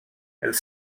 els